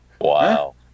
Wow